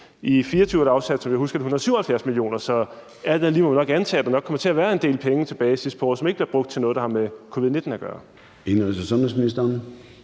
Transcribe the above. I 2024 er der afsat, som jeg husker det, 177 mio. kr., så alt andet lige må vi antage, at der nok kommer til at være en del penge tilbage sidst på året, som ikke bliver brugt på noget, der har med covid-19 at gøre.